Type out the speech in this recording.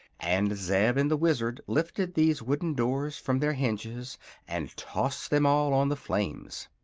and zeb and the wizard lifted these wooden doors from their hinges and tossed them all on the flames.